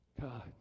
God